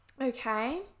Okay